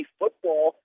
football